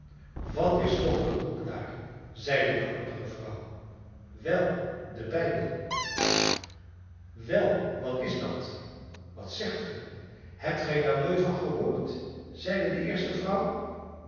wat is toch dat boek daar zeide de andere vrouw wel de bijbel wel wat is dat wat zegt ge hebt gij daar nooit van gehoord zeide de eerste vrouw